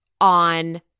on